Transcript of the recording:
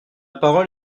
parole